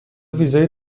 ویزای